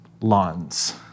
lawns